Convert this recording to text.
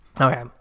Okay